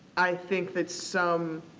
i think that some,